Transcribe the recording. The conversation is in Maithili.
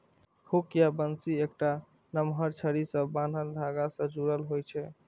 हुक या बंसी एकटा नमहर छड़ी सं बान्हल धागा सं जुड़ल होइ छै